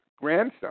grandson